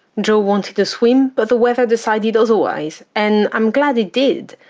jo wanted a swim but the weather decided otherwise and i'm glad it did.